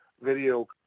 video